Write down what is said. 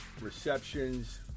receptions